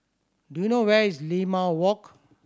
do you know where is Limau Walk